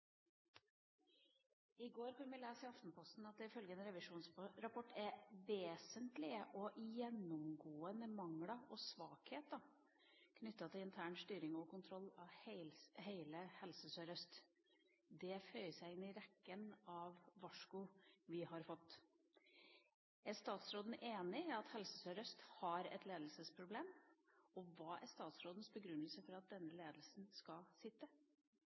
I går kunne vi lese i Aftenposten at det ifølge en revisjonsrapport er vesentlige og gjennomgående mangler og svakheter knyttet til intern styring og kontroll av hele Helse Sør-Øst. Det føyer seg inn i rekken av varsku vi har fått. Er statsråden enig i at Helse Sør-Øst har et ledelsesproblem, og hva er statsrådens begrunnelse for at denne ledelsen skal sitte?